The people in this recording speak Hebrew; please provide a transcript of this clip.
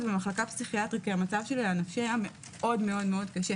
במחלקה פסיכיאטרית כי המצב הנפשי שלי היה מאוד קשה,